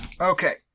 Okay